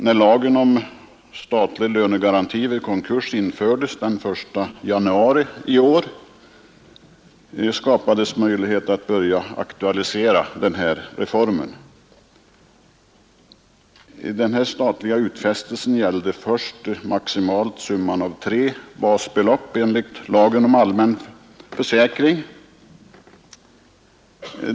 När lagen om statlig lönegaranti vid konkurs infördes den 1 januari i år, skapades möjlighet att börja aktualisera den här reformen. Den statliga utfästelsen gällde först maximalt summan av tre basbelopp enligt lagen om allmän försäkring.